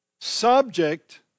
subject